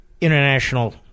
international